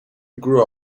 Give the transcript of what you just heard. grew